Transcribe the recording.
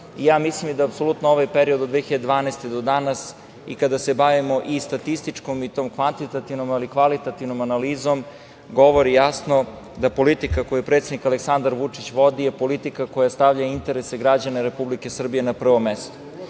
da apsolutno ovaj period od 2012. godine do danas, i kada se bavimo i statističkom i tom kvantitativnom, ali kvalitativnom analizom, govori jasno da politika koju predsednik Aleksandar Vučić vodi je politika koja stavlja interese građana Republike Srbije na prvo mesto.I